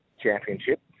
Championship